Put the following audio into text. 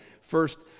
First